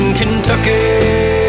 kentucky